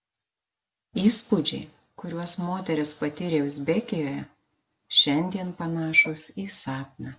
įspūdžiai kuriuos moteris patyrė uzbekijoje šiandien panašūs į sapną